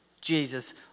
Jesus